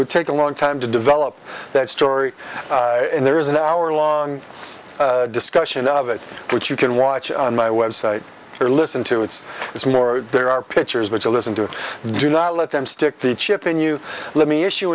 would take a long time to develop that story and there is an hour long discussion of it but you can watch on my website or listen to it's there's more there are pictures which i listen to do not let them stick the chip in you let me issue